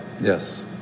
Yes